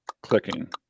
clicking